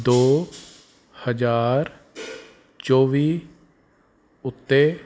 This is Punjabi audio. ਦੋ ਹਜ਼ਾਰ ਚੌਵੀ ਉੱਤੇ